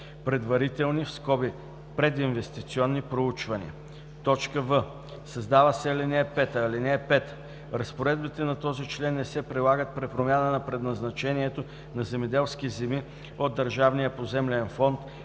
предварителни (прединвестиционни) проучвания.“; в) създава се ал. 5: „(5) Разпоредбите на този член не се прилагат при промяна на предназначението на земеделски земи от държавния поземлен фонд